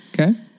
Okay